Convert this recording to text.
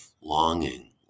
longing